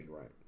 right